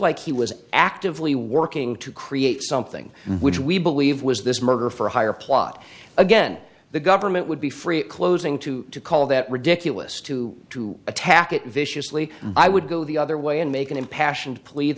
like he was actively working to create something which we believe was this murder for hire plot again the government would be free closing to call that ridiculous to to attack it viciously i would go the other way and make an impassioned plea